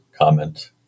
comment